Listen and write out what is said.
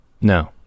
No